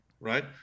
right